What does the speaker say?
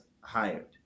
hired